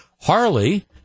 Harley